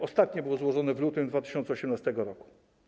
Ostatnie było złożone w lutym 2018 r.